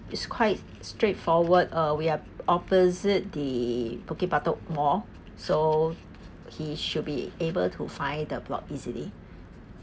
it's quite straightforward uh we are opposite the bukit batok mall so he should be able to find the block easily